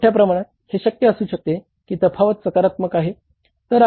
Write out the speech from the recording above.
मोठ्या प्रमाणात हे शक्य असू शकते की तफावत सकारात्मक आहेत